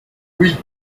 huit